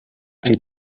ein